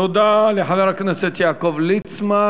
תודה לחבר הכנסת יעקב ליצמן.